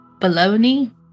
bologna